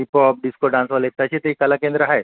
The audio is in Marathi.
हिपहॉप डिस्को डान्सवाले त्याची ती कलाकेंद्र आहेत